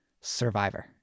Survivor